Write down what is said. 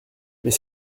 mais